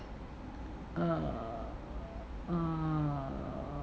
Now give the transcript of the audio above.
err err